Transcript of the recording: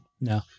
no